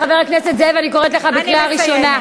חבר הכנסת זאב, אני קוראת לך בקריאה ראשונה.